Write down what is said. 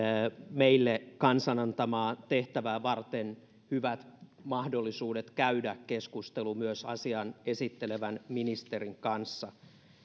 meille kansan antamaa tehtävää varten hyvät mahdollisuudet käydä keskustelu myös asian esittelevän ministerin kanssa